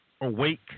awake